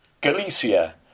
Galicia